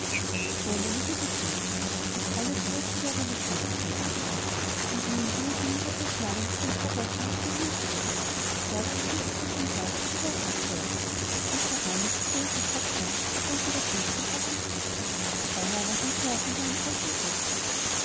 so meine liebe gretel das allerschwerste wäre überstanden sagte er drinnen und nun gehe du in gottes namen auf ein paar wochen nach berlin zurück dort besinnst du dich am ersten wieder auf dich selber und der arme gequälte kopf da lernt wieder fest und aufrecht sitzen dann aber denke auch an deinen alten großvater